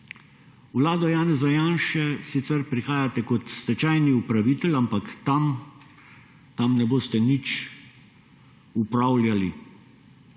vlado Janeza Janše sicer prihajate kot stečajni upravitelj, ampak tam, tam ne boste nič upravljali,